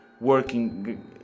working